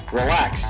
relax